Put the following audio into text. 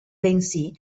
bensì